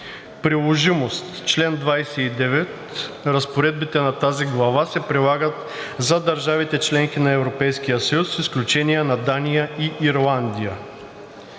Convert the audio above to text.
Приложимост Чл. 29. Разпоредбите на тази глава се прилагат за държавите –членки на Европейския съюз, с изключение на Дания и Ирландия.“